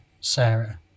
Sarah